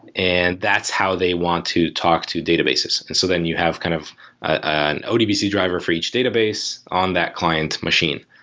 and that's how they want to talk to databases. and so then you have kind of an odbc driver for each database on that client machine,